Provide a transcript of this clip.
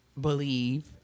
believe